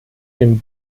den